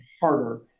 harder